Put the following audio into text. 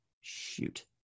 shoot